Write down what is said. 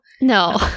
No